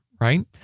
Right